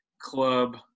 club